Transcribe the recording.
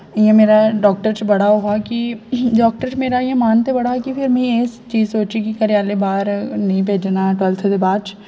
इ'यां मेरा डाक्टर च बड़ा ओह् हा कि डाक्टर च मेरा इ'यां मन ते बड़ा हा कि फिर में एह् चीज सोची कि घरे आह्ले बाह्र नेईं भेजना ट्वेल्फ्थ दे बाच